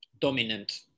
dominant